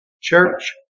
Church